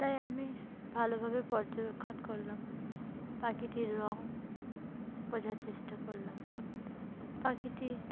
তাই আমি ভালোভাবে পর্যবেক্ষণ করলাম পাখিটির রঙ বোঝার চেষ্টা করলাম পাখিটি